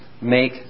make